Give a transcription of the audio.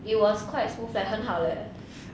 it was quite smooth leh 很好 leh